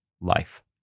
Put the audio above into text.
life